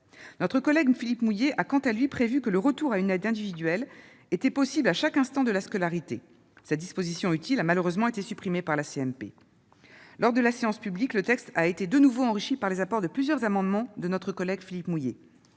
Notre collègue Philippe Mouiller a, quant à lui, proposé que le retour à une aide individuelle soit possible à chaque instant de la scolarité. Cette disposition utile a malheureusement été supprimée par la CMP. Lors de la séance publique, le texte a été de nouveau enrichi par les apports de plusieurs amendements de notre collègue Philippe Mouiller.